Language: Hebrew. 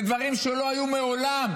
אלה דברים שלא היו מעולם,